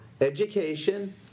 education